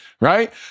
right